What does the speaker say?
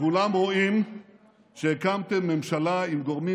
כולם רואים שהקמתם ממשלה עם גורמים